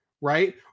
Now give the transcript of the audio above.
right